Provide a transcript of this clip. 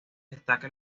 destaca